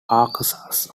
arkansas